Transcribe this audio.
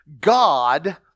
God